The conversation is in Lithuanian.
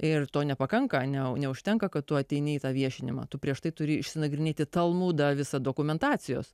ir to nepakanka neužtenka kad tu ateini į tą viešinimą tu prieš tai turi išsinagrinėti visa dokumentacijos